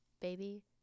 baby